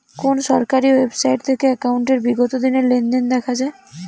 কোন সরকারি ওয়েবসাইট থেকে একাউন্টের বিগত দিনের লেনদেন দেখা যায়?